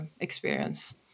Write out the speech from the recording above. experience